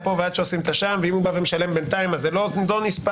ועד שעושים שם; ואם הוא בינתיים בא ומשלם אז זה לא נספר,